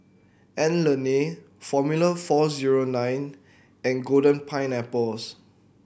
Anlene Formula Four Zero Nine and Golden Pineapples